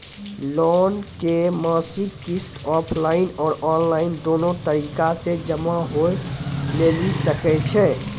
Loan के मासिक किस्त ऑफलाइन और ऑनलाइन दोनो तरीका से जमा होय लेली सकै छै?